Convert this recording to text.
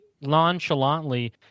nonchalantly